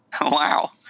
Wow